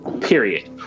Period